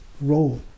role